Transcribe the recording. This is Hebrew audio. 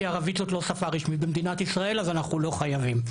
כי ערבית זאת לא שפה רשמית במדינת ישראל אז אנחנו לא חייבים.